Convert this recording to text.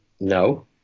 no